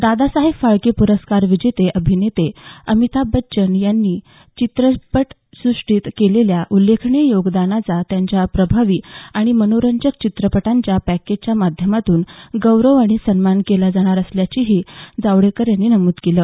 दादासाहेब फाळके पुरस्कार विजेते अभिनेते अमिताभ बच्चन यांनी सिनेसुष्टीत केलेल्या उल्लेखनीय योगदानाचा त्यांच्या प्रभावी आणि मनोरंजक चित्रपटांच्या पॅकेजच्या माध्यमातून गौरव आणि सन्मान केला जाणार असल्याचंही जावडेकर यांनी नमूद केलं